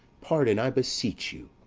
pardon, i beseech you!